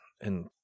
and-